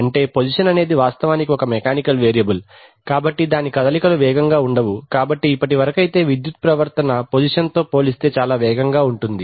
అంటే పొజిషన్ అనేది వాస్తవానికి ఒక మెకానికల్ వేరియబుల్ కాబట్టి దాని కదలికలు వేగంగా ఉండవు కాబట్టి ఇప్పటి వరకైతే విద్యుత్ ప్రవర్తన పొజిషన్ తో పోలిస్తే చాలా వేగంగా ఉంటుంది